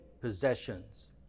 possessions